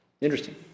Interesting